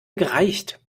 gereicht